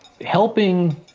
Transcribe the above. helping